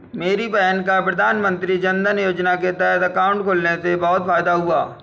मेरी बहन का प्रधानमंत्री जनधन योजना के तहत अकाउंट खुलने से बहुत फायदा हुआ है